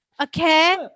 Okay